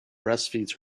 breastfeeds